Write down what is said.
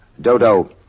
Dodo